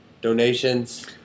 donations